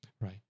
right